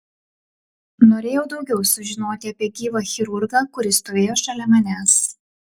norėjau daugiau sužinoti apie gyvą chirurgą kuris stovėjo šalia manęs